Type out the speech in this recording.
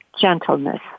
gentleness